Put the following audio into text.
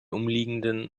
umliegenden